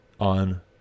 on